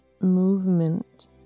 movement